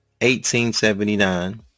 1879